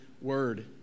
word